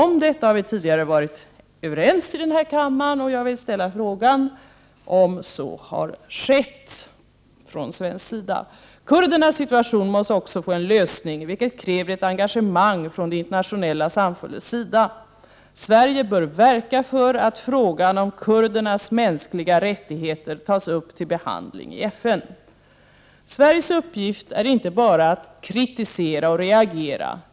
Om detta har vi tidigare varit överens i denna kammare, och jag vill ställa frågan om så också har skett från svensk sida. Kurdernas situation måste få en lösning, vilket kräver ett engagemang från det internationella samfundets sida. Sverige bör verka för att frågan om kurdernas mänskliga rättigheter tas upp till behandling i FN. Sveriges uppgift är inte bara att kritisera och reagera.